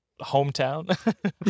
hometown